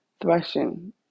threshing